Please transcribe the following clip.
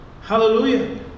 Hallelujah